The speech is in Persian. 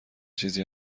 چیزی